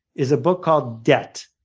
is a book called debt,